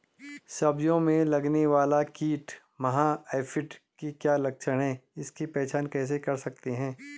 सब्जियों में लगने वाला कीट माह एफिड के क्या लक्षण हैं इसकी पहचान कैसे कर सकते हैं?